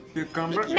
Cucumber